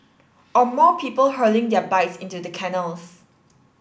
or more people hurling their bikes into the canals